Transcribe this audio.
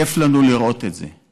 כיף לנו לראות את זה.